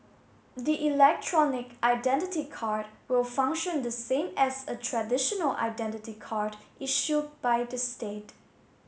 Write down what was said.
the electronic identity card will function the same as a traditional identity card issue by the state